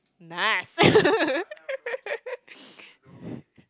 nice